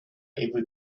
every